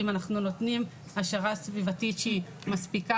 אם אנחנו נותנים העשרה סביבתית שהיא מספיקה